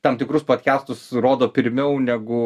tam tikrus podkestus rodo pirmiau negu